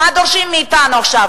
מה דורשים מאתנו עכשיו?